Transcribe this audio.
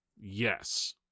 yes